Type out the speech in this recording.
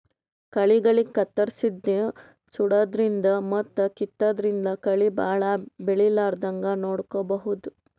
ಕಳಿಗಳಿಗ್ ಕತ್ತರ್ಸದಿನ್ದ್ ಸುಡಾದ್ರಿನ್ದ್ ಮತ್ತ್ ಕಿತ್ತಾದ್ರಿನ್ದ್ ಕಳಿ ಭಾಳ್ ಬೆಳಿಲಾರದಂಗ್ ನೋಡ್ಕೊಬಹುದ್